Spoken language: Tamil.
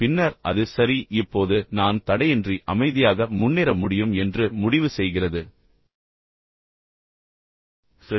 பின்னர் அது சரி இப்போது நான் தடையின்றி அமைதியாக முன்னேற முடியும் என்று முடிவு செய்கிறது சரி